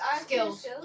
Skills